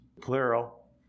plural